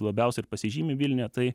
labiausiai ir pasižymi vilniuje tai